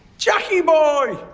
jackie boy.